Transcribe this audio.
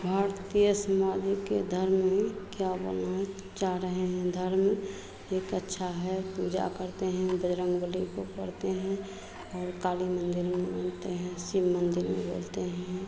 भारतीय समाज के धर्म में क्या बोलना चाह रहे हैं धर्म एक अच्छा है पूजा करते हैं बजरंग बली को करते हैं और काली मंदिर में मिलते हैं शिव मंदिर में बोलते हैं